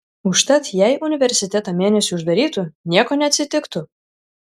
užtat jei universitetą mėnesiui uždarytų nieko neatsitiktų